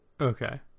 Okay